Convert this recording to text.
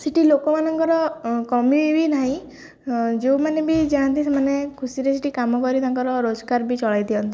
ସେଠି ଲୋକମାନଙ୍କର କମି ବି ନାହିଁ ଯୋଉମାନେ ବି ଯାଆନ୍ତି ସେମାନେ ଖୁସିରେ ସେଠି କାମ କରି ତାଙ୍କର ରୋଜଗାର ବି ଚଳେଇ ଦିଅନ୍ତି